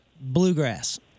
bluegrass